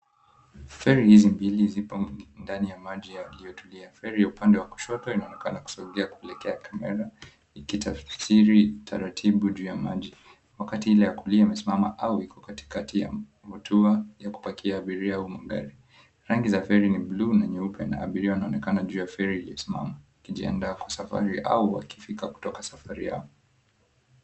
Feri hizi mbili zipo ndani ya maji yaliyotulia. Feri ya upande wa kushoto inaonekana kusogea kuelekea kamera ikitafsiri taratibu juu ya maji. Wakati ile ya kulia imesimama au iko katikati ya mhotua ya kupakia abiria au magari. Rangi za feri ni buluu na nyeupe na abiria wanaonekana juu ya feri iliyesimama. Kijiandaa kwa safari au wakifika kutoka safari yao.